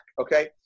okay